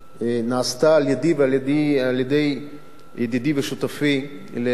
נעשתה על-ידי ועל-ידי ידידי ושותפי למהלך הזה,